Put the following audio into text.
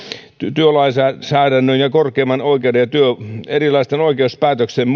työlainsäädännön ja korkeimman oikeuden ja erilaisten oikeuspäätöksien